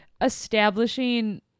establishing